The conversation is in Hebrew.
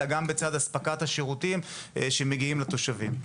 אלא גם בצד הספקת השירותים שמגיעים לתושבים.